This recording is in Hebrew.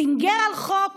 סנגר על חוק